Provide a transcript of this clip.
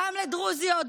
גם לדרוזיות,